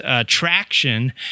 traction